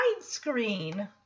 widescreen